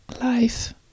life